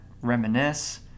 reminisce